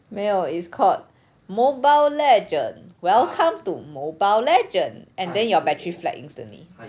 没有 is called mobile legend welcome to mobile legend and then your battery flat instantly high growth but actually one playing interesting lah if this was a case